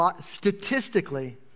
statistically